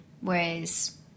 Whereas